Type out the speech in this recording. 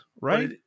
right